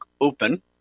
Open